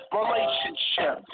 relationship